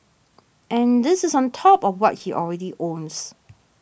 and this is on top of what he already owns